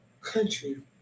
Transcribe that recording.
Country